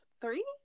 three